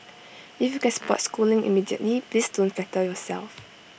if you can spot schooling immediately please don't flatter yourself